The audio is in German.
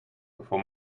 bevor